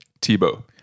Tebow